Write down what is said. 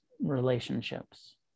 relationships